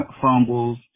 fumbles